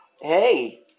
Hey